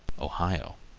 ohio.